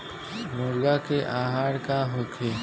मुर्गी के आहार का होखे?